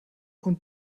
und